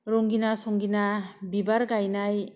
रंगिना संगिना बिबार गायनाय